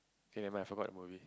K never mind I forgot the movie